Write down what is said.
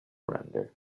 render